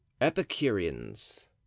epicureans